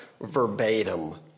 verbatim